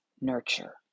nurture